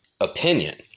opinion